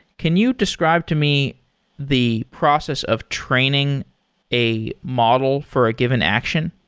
can you describe to me the process of training a model for a given action?